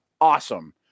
awesome